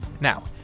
Now